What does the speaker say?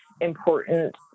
important